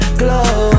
glow